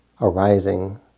arising